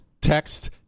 text